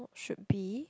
should be